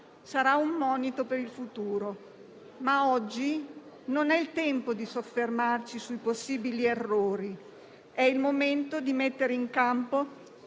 Sarà un monito per il futuro, ma oggi non è il tempo di soffermarci sui possibili errori; è il momento di mettere in campo